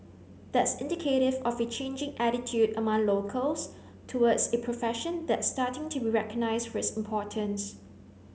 that's indicative of a changing attitude among locals towards a profession that's starting to be recognised for its importance